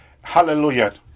Hallelujah